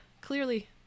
Clearly